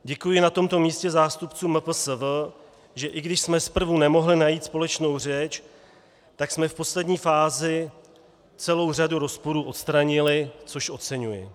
Děkuji na tomto místě zástupcům MPSV, že i když jsme zprvu nemohli najít společnou řeč, tak jsme v poslední fázi celou řadu rozporů odstranili, což oceňuji.